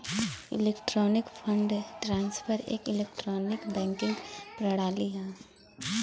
electronic fund transfer एक electronic banking प्रणाली हौ